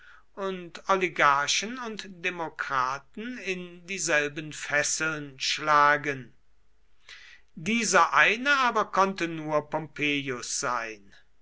und oligarchen und demokraten in dieselben fesseln schlagen dieser eine aber konnte nur pompeius sein